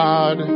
God